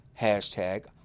hashtag